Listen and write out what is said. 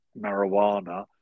marijuana